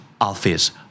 Office